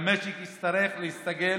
והמשק יצטרך להסתגל